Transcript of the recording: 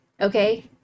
okay